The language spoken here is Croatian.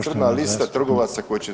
Crna lista trgovaca koji će to